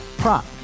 prop